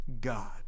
God